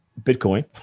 Bitcoin